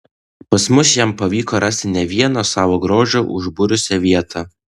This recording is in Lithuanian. pas mus jam pavyko rasti ne vieną savo grožiu užbūrusią vietą